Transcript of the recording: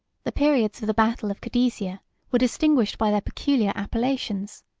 the periods of the battle of cadesia were distinguished by their peculiar appellations.